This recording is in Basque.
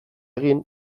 egin